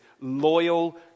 loyal